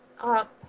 up